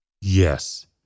Yes